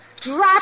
Drop